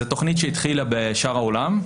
זו תכנית שהתחילה בשאר העולם.